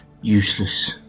Useless